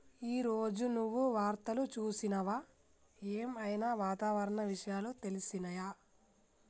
ఈ రోజు నువ్వు వార్తలు చూసినవా? ఏం ఐనా వాతావరణ విషయాలు తెలిసినయా?